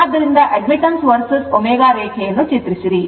ಆದ್ದರಿಂದ admittance vs ω ರೇಖೆಯನ್ನು ಚಿತ್ರಿಸಿರಿ